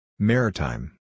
Maritime